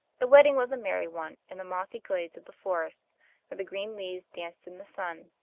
the wedding was a merry one, in the mossy glades of the forest where the green leaves danced in the sun,